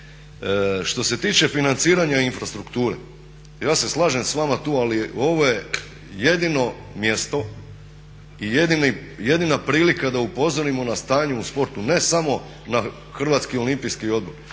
Što se tiče financiranja infrastrukture ja se slažem s vama tu, ali ovo je jedino mjesto i jedina prilika da upozorimo na stanje u sportu, ne samo HOO nego vidite da